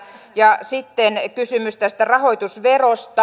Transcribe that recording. ja sitten kysymys tästä rahoitusverosta